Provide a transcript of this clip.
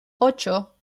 ocho